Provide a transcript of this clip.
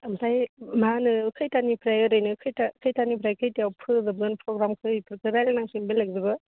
ओमफ्राय मा होनो खैथानिफ्राय ओरैनो खैथानिफ्राय खैथायाव फोजोबगोन प्रग्रामखो बेफोरखौ रायज्लायनांसिगोन बेलेगजोंबो